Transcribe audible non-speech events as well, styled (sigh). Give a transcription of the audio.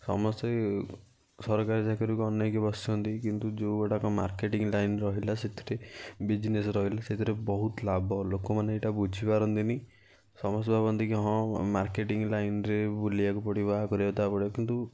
ସମସ୍ତେ ସରକାରୀ ଚାକିରିକୁ ଅନାଇକି ବସିଛନ୍ତି କିନ୍ତୁ ଯେଉଁଗୁଡ଼ାକ ମାର୍କେଟିଂ ଲାଇନ୍ ରହିଲା ସେଥିରେ ବିଜନେସ୍ ରହିଲା ସେଥିରେ ବହୁତ ଲାଭ ଲୋକମାନେ ଏଇଟା ବୁଝି ପାରନ୍ତିନି ସମସ୍ତେ ଭାବନ୍ତି କି ହଁ ମାର୍କେଟିଂ ଲାଇନ୍ରେ ବୁଲିବାକୁ ପଡ଼ିବ (unintelligible) କରିବାକୁ ତା ପଡ଼ିବ କିନ୍ତୁ